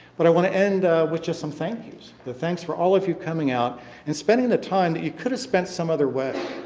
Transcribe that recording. but i want to end with just some thank yous, the thanks for all of you coming out and spending the time that you could have spent some other way.